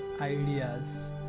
ideas